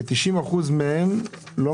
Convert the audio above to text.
למה רק אצלכם?